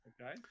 Okay